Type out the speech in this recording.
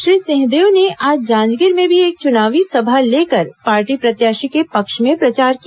श्री सिंहदेव ने आज जांजगीर में भी एक चुनावी सभा लेकर पार्टी प्रत्याशी के पक्ष में प्रचार किया